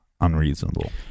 unreasonable